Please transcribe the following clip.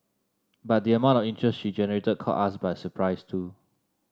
but the amount of interest she generated caught us by surprise too